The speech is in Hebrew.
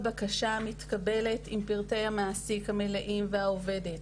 כל בקשה מתקבלת עם פרטי המעסיק המלאים והעובדת.